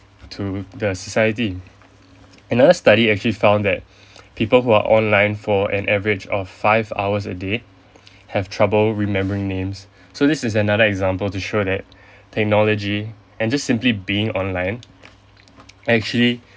to the society another study actually found that people who are online for an average of five hours a day have trouble remembering names so this is another example to show that technology and just simple being online actually